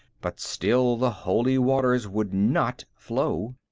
but still the holy waters would not flow.